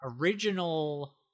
original